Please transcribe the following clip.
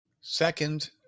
Second